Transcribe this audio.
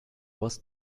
was